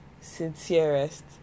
sincerest